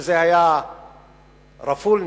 רפול,